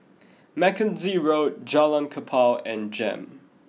Mackenzie Road Jalan Kapal and Jem